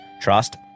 trust